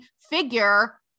figure